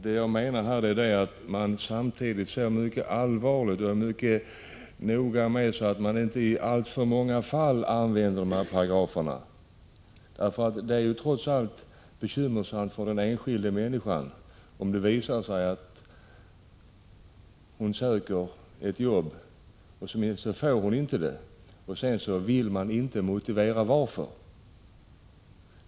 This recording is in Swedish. Men jag menar att man samtidigt måste vara mycket noga med att inte i alltför många fall använda dessa paragrafer. Det är ju trots allt bekymmersamt för den enskilda människan som söker ett jobb, om det visar sig att hon inte får det — och man sedan inte vill säga varför.